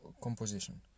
composition